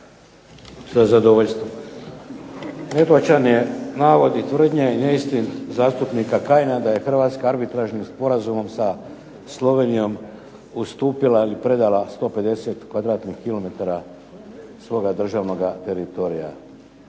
Sa zadovoljstvom. Netočan je navod i tvrdnja i neistina gospodina zastupnika Kajina da je hrvatska arbitražnim sporazumom sa Slovenijom ustupila ili predala 150 kvadratnih kilometara